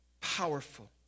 powerful